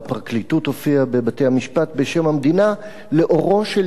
והפרקליטות הופיעה בבתי-המשפט בשם המדינה לאורו של